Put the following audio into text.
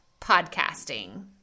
podcasting